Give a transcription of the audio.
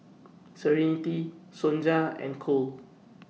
Serenity Sonja and Cole